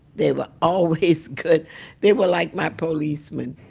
they were always good they were like my policemen.